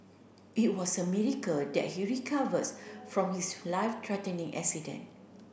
it was a miracle that he recovers from his life threatening accident